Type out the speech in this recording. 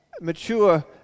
Mature